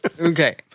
Okay